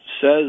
says